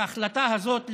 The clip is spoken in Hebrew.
וההחלטה הזאת,